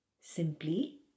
Simply